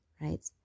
right